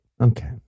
Okay